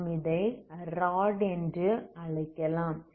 நாம் இதை ராட் என்று அழைக்கலாம்